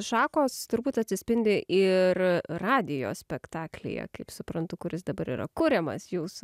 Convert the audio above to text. šakos turbūt atsispindi ir radijo spektaklyje kaip suprantu kuris dabar yra kuriamas jūsų